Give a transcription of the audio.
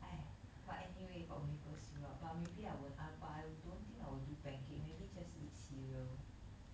!aiya! but anyway got maple syrup but maybe I would I but I don't think I will do pancake maybe just eat cereal